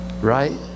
Right